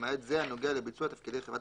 למעט זה הנוגע לביצוע תפקידי חברת